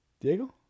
Diego